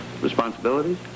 responsibilities